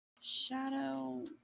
Shadow